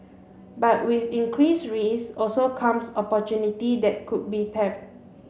but with increased risks also come opportunity that should be tapped